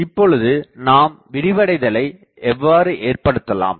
இப்பொழுது நாம் விரிவடைதலை எவ்வாறு ஏற்படுத்தலாம்